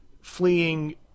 fleeing